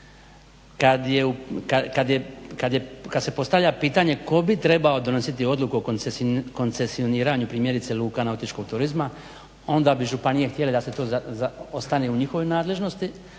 kad se postavlja pitanje tko bi trebao donositi odluku o koncesioniranju primjerice luka nautičkog turizma, onda bi županije htjele da to ostane u njihovoj nadležnosti,